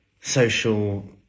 social